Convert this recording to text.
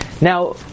Now